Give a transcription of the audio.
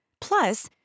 Plus